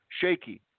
shaky